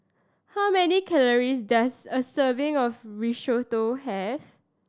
how many calories does a serving of Risotto have